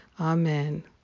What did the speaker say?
Amen